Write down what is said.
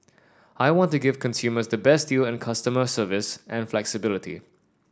I want to give consumers the best deal and customer service and flexibility